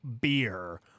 beer